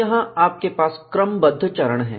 यहां आपके पास क्रमबद्ध चरण हैं